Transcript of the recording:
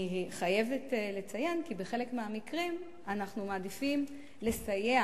אני חייבת לציין כי בחלק מהמקרים אנחנו מעדיפים לסייע